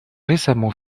récemment